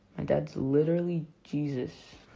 my dad's literally jesus.